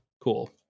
Cool